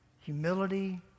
humility